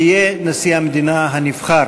יהיה נשיא המדינה הנבחר.